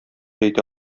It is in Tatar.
әйтә